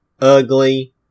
ugly